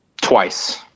twice